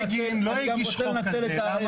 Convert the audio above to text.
מיכל שיר, בגין לא הגיש חוק כזה.